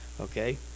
okay